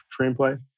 screenplay